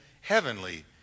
heavenly